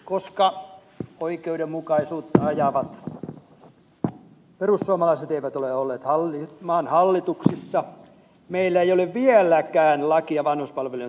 koska oikeudenmukaisuutta ajavat perussuomalaiset eivät ole olleet maan hallituksissa meillä ei ole vieläkään lakia vanhuspalveluiden turvaamisesta